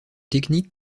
technique